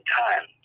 time